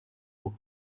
book